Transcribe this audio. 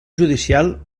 judicial